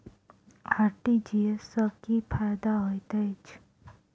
RTGS सँ की फायदा होइत अछि?